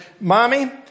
Mommy